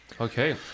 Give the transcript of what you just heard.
Okay